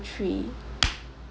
three